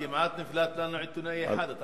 אני